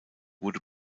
wurde